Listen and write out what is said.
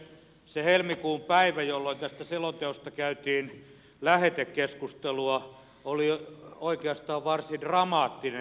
se helmikuun päivä jolloin tästä selonteosta käytiin lähetekeskustelua oli oikeastaan varsin dramaattinen